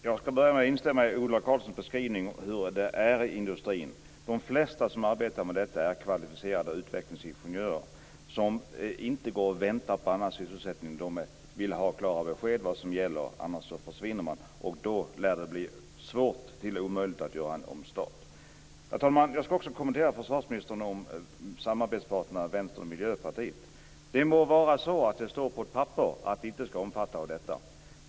Fru talman! Jag skall börja med att instämma i Ola Karlssons beskrivning av hur det är inom industrin. De flesta som arbetar med detta är kvalificerade utvecklingsingenjörer. De går inte och väntar på annan sysselsättning. De vill ha klara besked om vad som gäller, annars försvinner de. Då lär det bli svårt, t.o.m. omöjligt, att göra en omstart. Fru talman! Jag skall kommentera försvarsministern angående samarbetsparterna Vänster och Miljöpartiet. Det må vara att det står på ett papper att de inte skall omfattas.